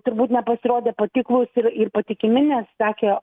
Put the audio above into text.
turbūt nepasirodė patiklūs ir patikimi nes sakė